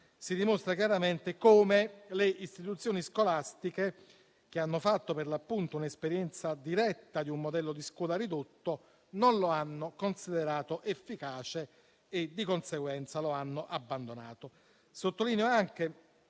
si dimostra chiaramente come le istituzioni scolastiche, che hanno fatto per l'appunto l'esperienza diretta di un modello di scuola ridotto, non lo hanno considerato efficace e di conseguenza lo hanno abbandonato. Sottolineo anche